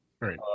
right